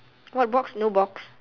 what box no box